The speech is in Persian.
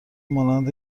مانند